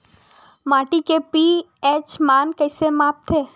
माटी के पी.एच मान कइसे मापथे?